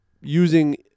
using